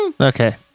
Okay